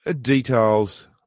details